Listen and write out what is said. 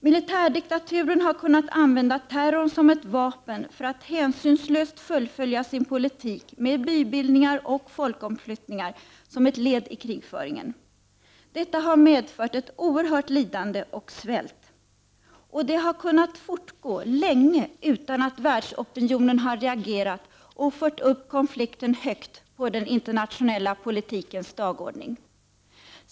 Militärdiktaturen har kunnat använda terrorn som ett vapen för att hänsynslöst fullfölja sin politik med bybildningar och folkomflyttningar som ett led i krigföringen. Detta har medfört ett oerhört lidande och svält. Och det har kunnat fortgå länge utan att världsopinionen har reagerat och fört upp konflikten högt på den internationella politikens dagordning.